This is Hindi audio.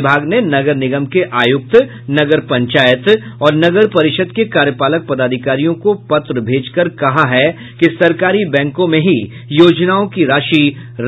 विभाग ने नगर निगम के आयुक्त नगर पंचायत और नगर परिषद के कार्यपालक पदाधिकारियों को पत्र भेज कर कहा है कि सरकारी बैंकों में ही योजनाओं की राशि